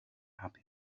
happy